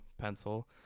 pencil